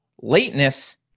lateness